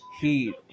heat